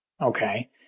Okay